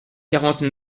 quarante